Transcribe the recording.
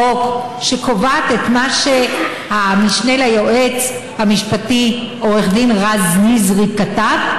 חוק שקובעים את מה שהמשנה ליועץ המשפטי עו"ד רז נזרי כתב,